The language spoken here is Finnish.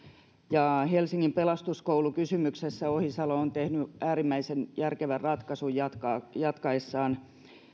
ja helsingin pelastuskoulu kysymyksessä ohisalo on tehnyt äärimmäisen järkevän ratkaisun jatkaessaan